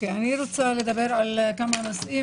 אני רוצה לדבר על כמה נושאים.